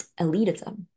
elitism